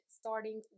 starting